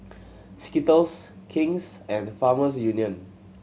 Skittles King's and Farmers Union